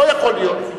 זה לא יכול להיות.